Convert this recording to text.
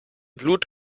blut